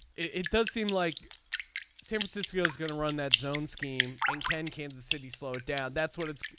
it does seem like san francisco is going to run that zone scheme and ken kansas city slowed down that's what it is.